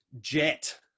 jet